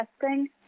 testing